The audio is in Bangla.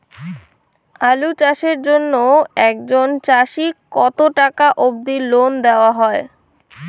আলু চাষের জন্য একজন চাষীক কতো টাকা অব্দি লোন দেওয়া হয়?